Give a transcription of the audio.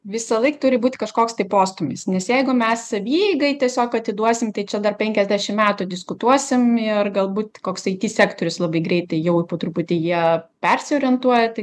visąlaik turi būt kažkoks tai postūmis nes jeigu mes savieigai tiesiog atiduosim tai čia dar penkiasdešim metų diskutuosim ir galbūt koks it sektorius labai greitai jau po truputį jie persiorientuoja tai